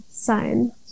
sign